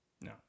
No